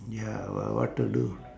ya well what to do